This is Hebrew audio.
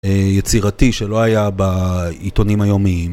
יצירתי שלא היה בעיתונים היומיים